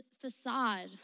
facade